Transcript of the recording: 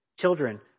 children